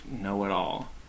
know-it-all